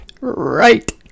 Right